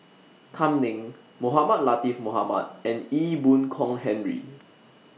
Kam Ning Mohamed Latiff Mohamed and Ee Boon Kong Henry